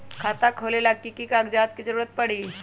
खाता खोले ला कि कि कागजात के जरूरत परी?